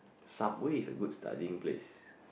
Subway is a good studying place